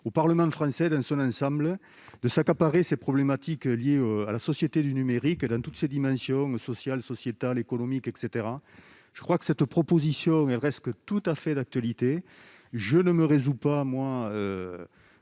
au Parlement français dans son ensemble de s'approprier ces problématiques liées au numérique dans toutes leurs dimensions, sociales, sociétales, économiques, etc. Cette proposition reste tout à fait d'actualité ; je ne me résous pas, pour